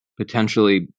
Potentially